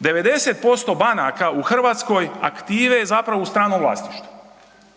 90% banaka u Hrvatskoj aktive je u stranom vlasništvu,